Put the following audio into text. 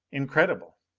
incredible!